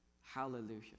hallelujah